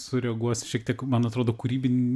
sureaguosiu šiek tiek man atrodo kūrybin